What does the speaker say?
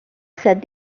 said